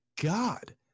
god